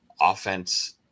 offense